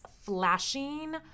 flashing